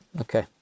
Okay